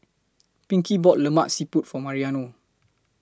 Pinkey bought Lemak Siput For Mariano